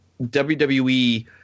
WWE